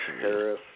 Harris